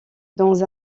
dans